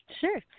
Sure